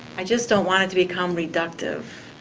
i just don't want it to become reductive,